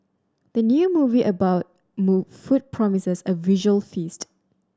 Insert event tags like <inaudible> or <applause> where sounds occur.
the new movie about <unintelligible> food promises a visual feast